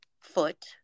foot